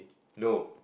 no